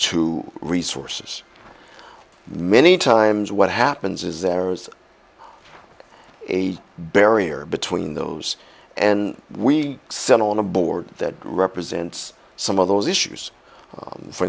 to resources many times what happens is there's a barrier between those and we sit on a board that represents some of those issues